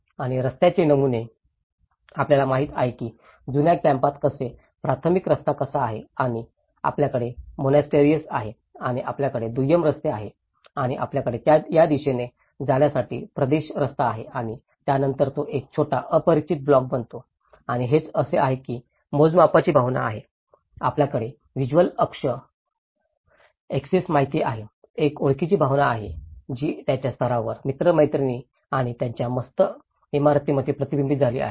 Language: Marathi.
आणि रस्त्याचे नमुने आपल्याला माहिती आहे की जुन्या कॅम्पत कसे प्राथमिक रस्ता कसा आहे आणि आपल्याकडे मोनास्टरीएस आहे आणि आपल्याकडे दुय्यम रस्ते आहेत आणि आपल्याकडे या दिशेने जाण्यासाठी प्रदेश रस्ता आहे आणि त्यानंतरच तो एक छोटा अतिपरिचित ब्लॉक बनतो आणि हेच असे आहे की मोजमापाची भावना आहे आपल्याकडे व्हिज्युअल अक्ष माहित आहे एक ओळखीची भावना आहे जी त्यांच्या रस्त्यावर मित्र मैत्रिणी आणि त्यांच्या मस्त इमारतींमध्ये प्रतिबिंबित झाली आहे